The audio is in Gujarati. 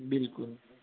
બિલકુલ